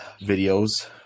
videos